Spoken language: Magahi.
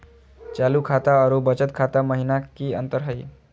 चालू खाता अरू बचत खाता महिना की अंतर हई?